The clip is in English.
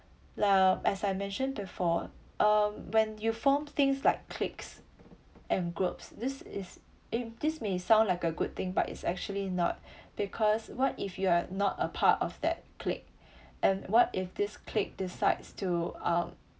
um as I mentioned before um when you form things like cliques and group this is im~ this may sound like a good thing but it's actually not because what if you are not a part of that clique and what if this clique decides to um